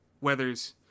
Weathers